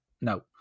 No